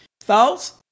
Thoughts